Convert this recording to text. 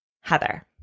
Heather